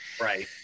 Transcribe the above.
Right